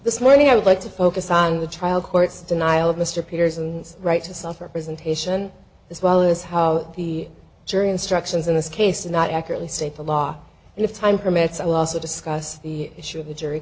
this morning i would like to focus on the trial court's denial of mr peters and right to suffer presentation as well as how the jury instructions in this case not accurately state the law and if time permits i'll also discuss the issue of the jury